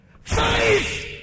Faith